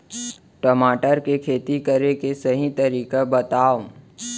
टमाटर की खेती करे के सही तरीका बतावा?